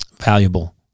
valuable